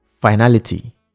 finality